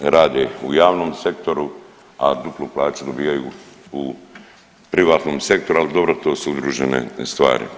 Rade u javnom sektoru, a duplu plaću dobivaju u privatnom sektoru, ali dobro to su udružene stvari.